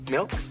Milk